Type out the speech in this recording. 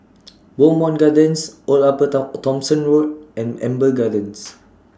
Bowmont Gardens Old Upper Top Thomson Road and Amber Gardens